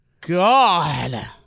God